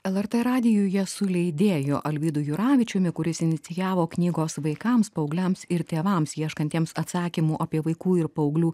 lrt radijuje su leidėju alvydu juravičiumi kuris inicijavo knygos vaikams paaugliams ir tėvams ieškantiems atsakymų apie vaikų ir paauglių